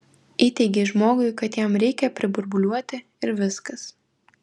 įteigei žmogui kad jam reikia priburbuliuoti ir viskas